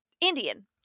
Indian